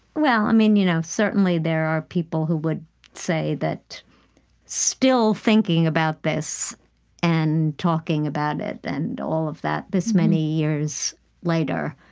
well, i mean, you know certainly there are people who would say that still thinking about this and talking about it and all of that this many years later